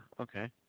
okay